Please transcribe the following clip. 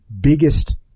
biggest